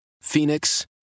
phoenix